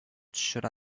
should